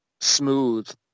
smooth